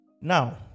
Now